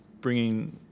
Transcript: bringing